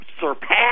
surpass